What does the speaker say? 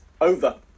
Over